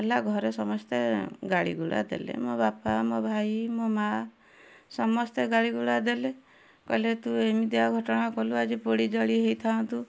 ହେଲା ଘରେ ସମସ୍ତେ ଗାଳିଗୁଳା ଦେଲେ ମୋ ବାପା ମୋ ଭାଇ ମୋ ମାଁ ସମସ୍ତେ ଗାଳିଗୁଳା ଦେଲେ କହିଲେ ତୁ ଏମିତିଆ ଘଟଣା କଲୁ ଆଜି ପୋଡ଼ି ଜଳି ହେଇଥାନ୍ତୁ